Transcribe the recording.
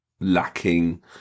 lacking